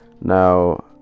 Now